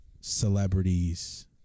celebrities